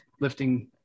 lifting